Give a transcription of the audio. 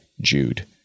Jude